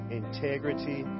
integrity